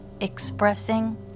expressing